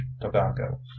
tobacco